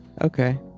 Okay